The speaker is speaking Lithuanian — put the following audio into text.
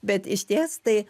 bet išties tai